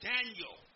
Daniel